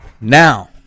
Now